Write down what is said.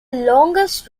longest